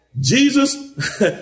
Jesus